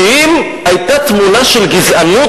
כי אם היתה תמונה של גזענות,